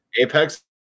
Apex